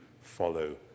follow